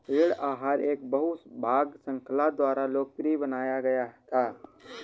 ऋण आहार एक बहु भाग श्रृंखला द्वारा लोकप्रिय बनाया गया था